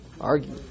argue